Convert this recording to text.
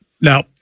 now